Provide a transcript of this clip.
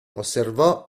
osservò